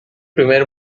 primer